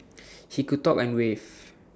he could talk and wave